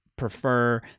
prefer